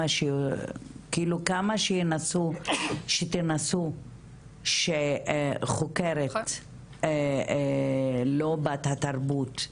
כאילו כמה שתנסו שחוקרת לא בת התרבות,